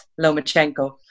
Lomachenko